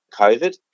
COVID